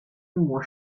was